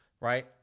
Right